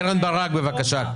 קרן ברק בבקשה.